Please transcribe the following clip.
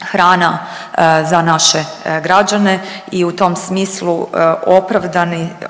hrana za naše građane i u tom smislu